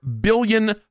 billion